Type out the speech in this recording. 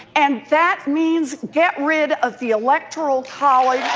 and that means get rid of the electoral college